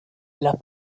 las